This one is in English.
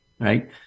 Right